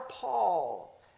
Paul